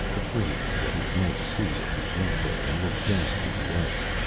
afraid of what he might see if he went there and looked down through the ice,